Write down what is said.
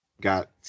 Got